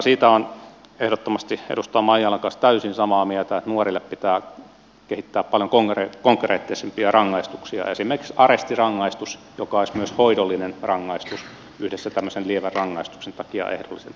siitä olen ehdottomasti edustaja maijalan kanssa täysin samaa mieltä että nuorille pitää kehittää paljon konkreettisempia rangaistuksia esimerkiksi arestirangaistus joka olisi myös hoidollinen rangaistus yhdessä tämmöisen lievän rangaistuksen kanssa ehdollisen vankeustuomion sijaan